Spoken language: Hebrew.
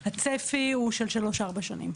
הצפי הוא של שלוש ארבע שנים.